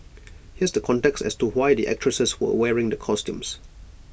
here's the context as to why the actresses were wearing the costumes